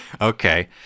Okay